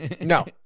no